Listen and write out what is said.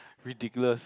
ridiculous